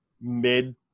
mid